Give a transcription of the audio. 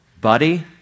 buddy